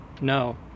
No